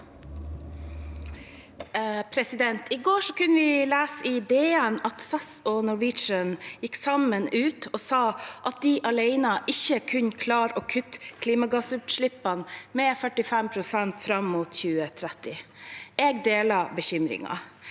I går kunne vi lese i Dagens Næringsliv at SAS og Norwegian gikk sammen ut og sa at de alene ikke kunne klare å kutte klimagassutslippene med 45 pst. fram mot 2030. Jeg deler bekymringen.